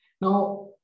Now